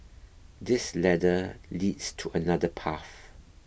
this ladder leads to another path